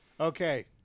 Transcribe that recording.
Okay